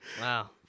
Wow